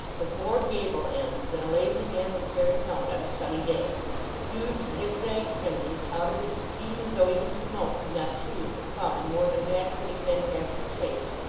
with more gable ends than a lazy man would care to count on a sunny day huge zig-zag chimneys, out of which it seemed as though even smoke could not choose but come in more than naturally fantastic shapes,